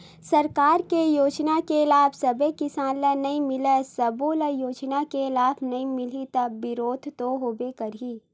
सरकार के योजना के लाभ सब्बे किसान ल नइ मिलय, सब्बो ल योजना के लाभ नइ मिलही त बिरोध तो होबे करही